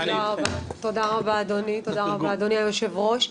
תודה רבה, אדוני היושב-ראש.